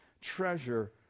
treasure